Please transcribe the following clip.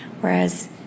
Whereas